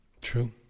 true